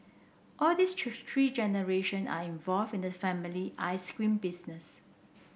all this three three generation are involved in the family ice cream business